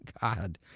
God